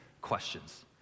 questions